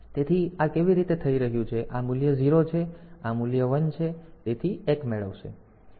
તેથી આ કેવી રીતે થઈ રહ્યું છે આ મૂલ્ય 0 છે આ મૂલ્ય 1 છે તેથી તે 1 મેળવશે